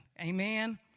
Amen